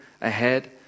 ahead